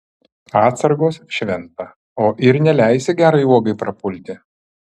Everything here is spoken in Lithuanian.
atsargos šventa o ir neleisi gerai uogai prapulti